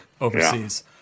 overseas